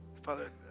Father